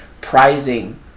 prizing